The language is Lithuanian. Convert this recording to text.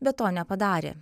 bet to nepadarė